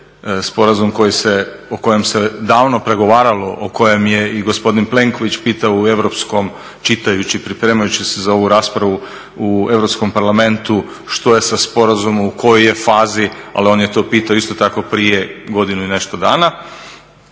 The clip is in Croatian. sporazum o kojem se davno pregovaralo, o kojem je i gospodin Plenković pitao čitajući i pripremajući se za ovu raspravu u Europskom parlamentu što je sa sporazumom, u kojoj je fazi, ali on je to pitao isto tako prije godinu i nešto dana.